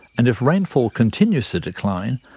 and if rainfall continues to decline,